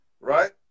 right